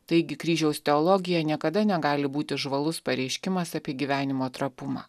taigi kryžiaus teologija niekada negali būti žvalus pareiškimas apie gyvenimo trapumą